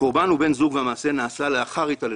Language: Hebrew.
"הקורבן הוא בן זוג והמעשה נעשה לאחר התעללות"